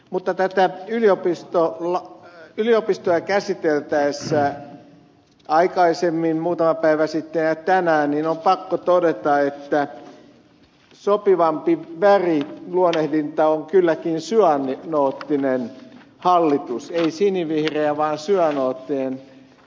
mutta näitä yliopistoja käsiteltäessä aikaisemmin muutama päivä sitten ja tänään on pakko todeta että sopivampi väriluonnehdinta on kylläkin syanoottinen hallitus ei sinivihreä vaan syanoottinen